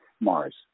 Mars